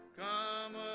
come